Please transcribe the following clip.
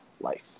life